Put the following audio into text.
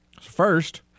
First